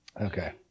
Okay